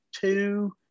two